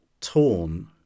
torn